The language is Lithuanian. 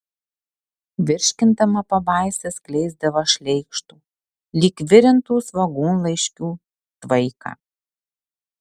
virškindama pabaisa skleisdavo šleikštų lyg virintų svogūnlaiškių tvaiką